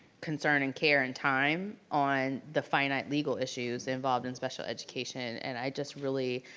concern and care and time on the finite legal issues involved in special education and i just really.